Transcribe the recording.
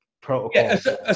protocol